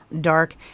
dark